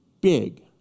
big